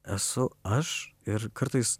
esu aš ir kartais